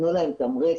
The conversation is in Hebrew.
תנו להם תמריץ,